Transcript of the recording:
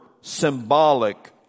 symbolic